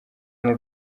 n’u